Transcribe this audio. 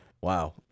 Wow